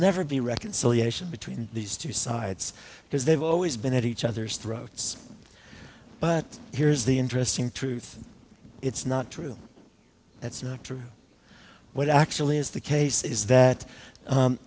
never be reconciliation between these two sides because they've always been at each other's throats but here's the interesting truth it's not true that's not true what actually is the case is that